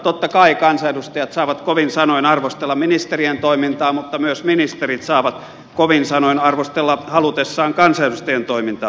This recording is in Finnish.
totta kai kansanedustajat saavat kovin sanoin arvostella ministerien toimintaa mutta myös ministerit saavat kovin sanoin arvostella halutessaan kansanedustajien toimintaa